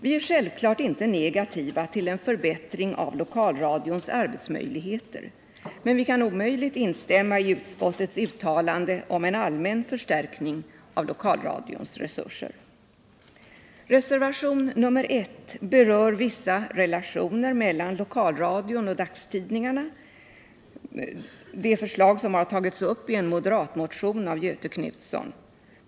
Vi är självfallet inte negativa till en förbättring av lokalradions arbetsmöjligheter, men vi kan omöjligt instämma i utskottets uttalande om en allmän förstärkning av lokalradions resurser. Reservation 1 berör vissa relationer mellan lokalradion och dagstidningarna, som har tagits upp i en moderatmotion av Göthe Knutson.